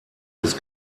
des